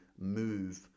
move